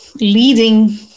leading –